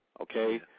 okay